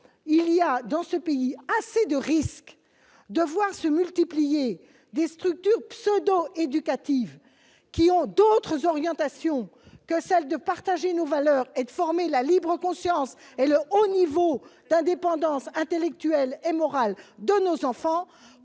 Il y a suffisamment de risques de voir se multiplier dans notre pays des structures pseudo-éducatives, qui ont d'autres orientations que celles de partager nos valeurs et de former la libre conscience et le haut niveau d'indépendance intellectuelle et morale de nos enfants,